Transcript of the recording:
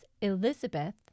Elizabeth